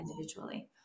individually